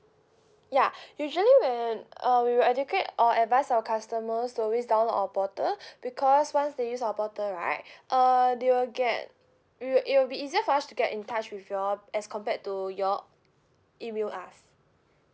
ya usually when uh we will educate or advise our customers to always download our portal because once they use our portal right uh they will get we will it will be easier for us to get in touch with you all as compared to you all email us